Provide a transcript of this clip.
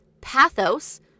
Pathos